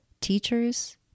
teachers